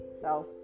self